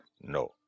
No